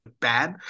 Bad